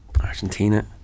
Argentina